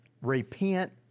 repent